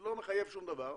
זה לא מחייב שום דבר,